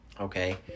Okay